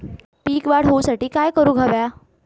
पीक वाढ होऊसाठी काय करूक हव्या?